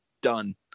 done